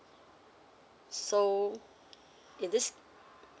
so in this